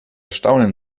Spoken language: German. staunen